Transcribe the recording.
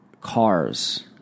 Cars